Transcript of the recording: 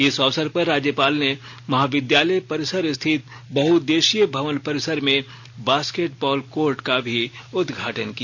इस अवसर पर राज्यपाल ने महाविद्यालय परिसर स्थित बहुउद्देशीय भवन परिसर में बास्केट बॉल कोर्ट का भी उदघाटन किया